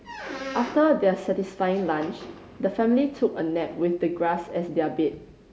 after their satisfying lunch the family took a nap with the grass as their bed